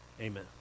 Amen